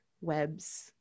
webs